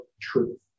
truth